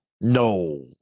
No